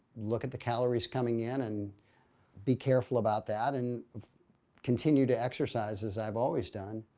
look at the calories coming in and be careful about that and continue to exercise as i've always done.